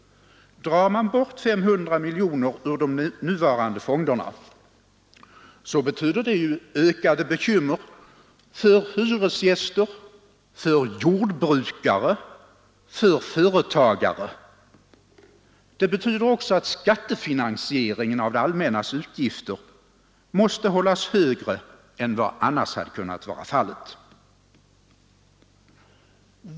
Drar man bort 500 miljoner ur de nuvarande fonderna, betyder det ökade bekymmer för hyresgäster, för jordbrukare, för företagare. Det betyder också att skattefinansieringen av det allmännas utgifter måste hållas högre än vad som annars varit fallet.